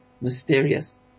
mysterious